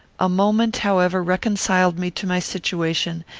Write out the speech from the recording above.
a moment, however, reconciled me to my situation,